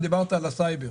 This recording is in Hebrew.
דיברת על הסייבר.